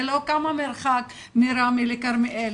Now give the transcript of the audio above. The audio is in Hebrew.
זה לא כמה המרחק מראמה לכרמיאל.